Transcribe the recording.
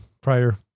prior